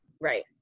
right